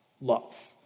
love